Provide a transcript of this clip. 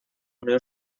unió